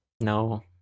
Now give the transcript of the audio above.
No